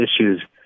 issues